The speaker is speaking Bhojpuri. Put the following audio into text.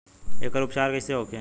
एकर उपचार कईसे होखे?